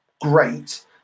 great